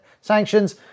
sanctions